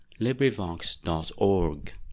LibriVox.org